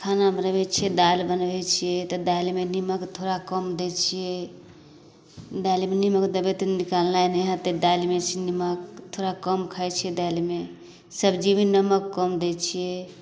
खाना बनबै छिए दालि बनबै छिए तऽ दालिमे निम्मक थोड़ा कम दै छिए दालिमे निम्मक देबै तऽ निकालनाइ नहि हेतै दालिमे से निम्मक थोड़ा कम खाइ छिए दालिमे सब्जीमे नमक कम दै छिए